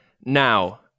Now